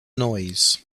noise